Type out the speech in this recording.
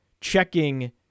checking